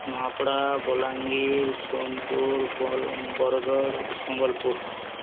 ନୁଆପଡ଼ା ବଲାଙ୍ଗୀର ସୋନପୁର ବ ବରଗଡ଼ ସମ୍ବଲପୁର